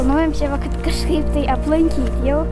norim čia va kad kažkaip tai aplankyt jau